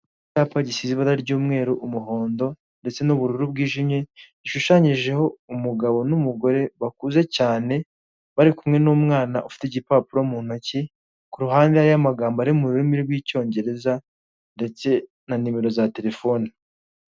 Icyapa gisize ibara ry'umweru, umuhondo ndetse n'ubururu bwijimye, gishushanyijeho umugabo n'umugore bakuze cyane bari kumwe n'umwana ufite igipapuro mu ntoki kuruhande hariho amagambo ari mu ururimi rw'icyongereza ndetse na nimero za terefone.